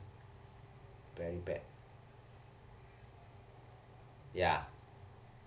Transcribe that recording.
very bad ya